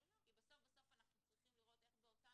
כי בסוף אנחנו צריכים לראות איך באותם